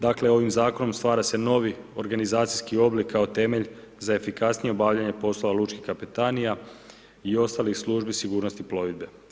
Dakle, ovim Zakonom stvara se novi organizacijski oblik kao temelj za efikasnije obavljanje poslova lučkih kapetanija, i ostalih službi sigurnosti plovidbe.